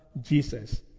Jesus